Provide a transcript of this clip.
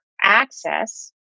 access